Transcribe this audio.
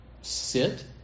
sit